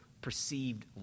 perceived